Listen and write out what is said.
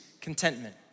contentment